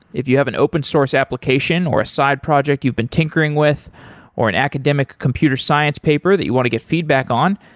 if you have an open source application or a side project you've been tinkering with or an academic computer science paper that you want to get feedback on,